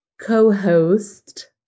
co-host